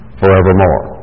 forevermore